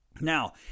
Now